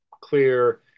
clear